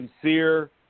sincere